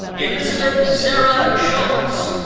elizabeth sara schultz.